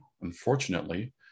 Unfortunately